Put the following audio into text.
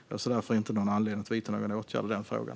Jag ser därför inte någon anledning att vidta någon åtgärd i den frågan.